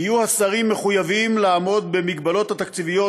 יהיו השרים מחויבים לעמוד במגבלות התקציביות